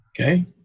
Okay